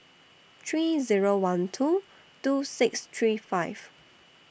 three Zero one two two six three five